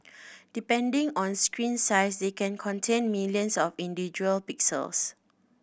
depending on screen size they can contain millions of individual pixels